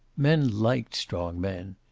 men liked strong men.